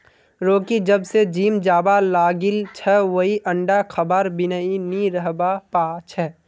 Rocky जब स gym जाबा लागिल छ वइ अंडा खबार बिनइ नी रहबा पा छै